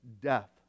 death